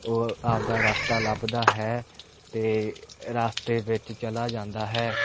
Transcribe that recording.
ਉਹ ਆਪਦਾ ਰਸਤਾ ਲੱਭਦਾ ਹੈ ਅਤੇ ਰਸਤੇ ਵਿੱਚ ਚਲਾ ਜਾਂਦਾ ਹੈ